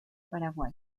paraguay